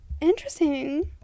interesting